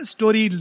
Story